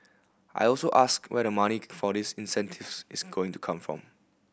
I also asked where the money for these incentives is going to come from